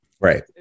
Right